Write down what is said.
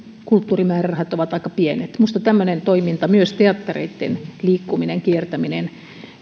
kulttuurimäärärahat ovat aika pienet minusta tämmöinen toiminta myös teattereitten liikkuminen kiertäminen